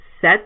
set